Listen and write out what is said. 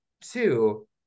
Two